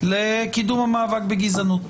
לקידום המאבק בגזענות.